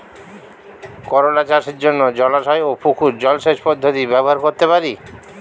করোলা চাষের জন্য জলাশয় ও পুকুর জলসেচ পদ্ধতি ব্যবহার করতে পারি?